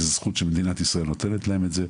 זו זכות שמדינת ישראל נותנת להם את זה.